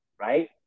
right